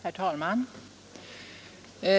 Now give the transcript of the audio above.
Herr talman!